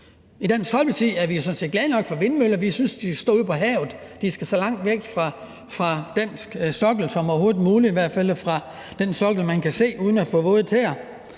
I Dansk Folkeparti er vi sådan set glade nok for vindmøller. Vi synes, at de skal stå ude på havet. De skal så langt væk fra dansk sokkel som overhovedet muligt, i hvert fald fra den sokkel, man kan se uden at få våde tæer.